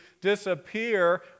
disappear